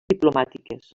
diplomàtiques